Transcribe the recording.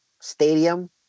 stadium